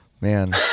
man